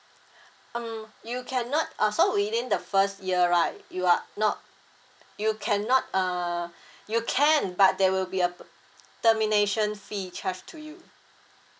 mm you cannot uh so within the first year right you are not you cannot uh you can but there will be a termination fee charged to you